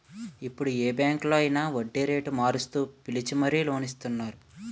ఇప్పుడు ఏ బాంకులో అయినా వడ్డీరేటు మారుస్తూ పిలిచి మరీ లోన్ ఇస్తున్నారు